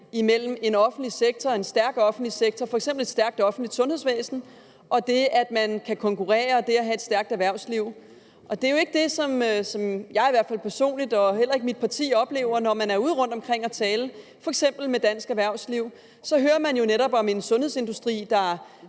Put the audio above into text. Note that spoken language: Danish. imellem en stærk offentlig sektor – f.eks. et stærkt offentligt sundhedsvæsen – og det, at man kan konkurrere og have et stærkt erhvervsliv. Det er jo ikke det, jeg personligt eller mit parti oplever, når vi er ude omkring og tale med eksempelvis dansk erhvervsliv; vi hører jo netop om en sundhedsindustri, der